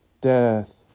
death